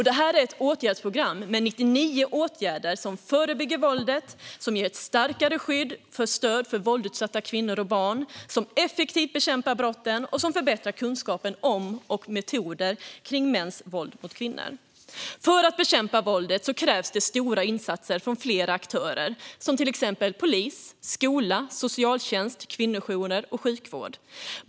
Det är ett åtgärdsprogram med 99 åtgärder som förebygger våldet, som ger ett starkare skydd av och stöd till våldsutsatta kvinnor och barn, som effektivt bekämpar brotten och som förbättrar kunskapen om och metoder gällande mäns våld mot kvinnor. För att bekämpa våldet krävs det stora insatser från flera aktörer, till exempel polis, skola, socialtjänst, kvinnojourer och sjukvård.